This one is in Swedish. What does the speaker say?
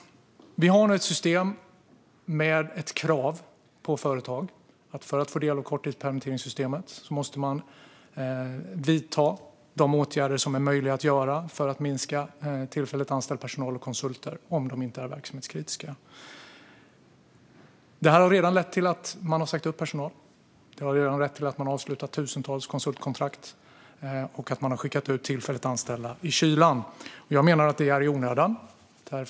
Vi har nu ett system med ett krav på företagen. För att få del av korttidspermitteringssystemet måste man vidta de åtgärder som är möjliga för att minska tillfälligt anställd personal och konsulter, om de inte är kritiska för verksamheten. Detta har redan lett till att man har sagt upp personal, avslutat tusentals konsultkontrakt och skickat ut tillfälligt anställda i kylan. Jag menar att det är i onödan.